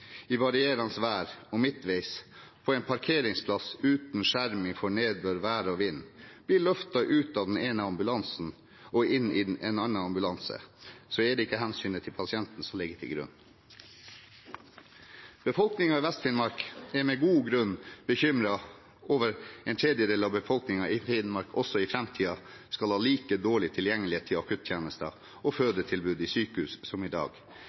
i varierende vær, og midtveis – på en parkeringsplass uten skjerming for nedbør, vær og vind – blir løftet ut av den ene ambulansen og inn i en annen ambulanse, så er det ikke hensynet til pasienten som ligger til grunn. Befolkningen i Vest-Finnmark er med god grunn bekymret for at over en tredjedel av befolkningen i Finnmark også i framtiden skal ha like dårlig tilgjengelighet på akuttjenester og fødetilbud på sykehus som i dag,